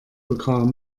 bekam